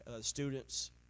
students